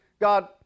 god